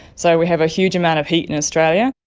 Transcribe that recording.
so we have a huge amount of heat in australia.